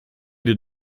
did